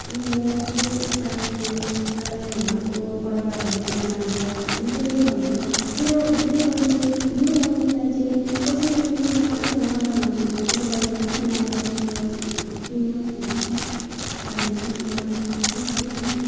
म चाहिँ चाहन्छु र मेरो घरको परिवारहरूले पनि चाहन्छ म चाहिँ त्यो भन्छु मेरो मेरो बहिनी चाहिँ मेरो बहिनीलाई चाहिँ कसैले पनि कसैको नामबाट नचिनोस् मेरो बहिनी चाहिँ आफ्नो नामबाट चिनोस् चिनियोस् भन्ने चाहिँ भन्नु छ म चाहन्छु त्यति नै